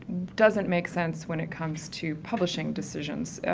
doesn't make sense when it comes to publishing decisions. ah,